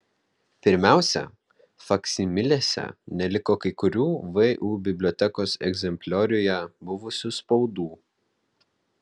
pirmiausia faksimilėse neliko kai kurių vu bibliotekos egzemplioriuje buvusių spaudų